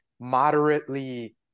moderately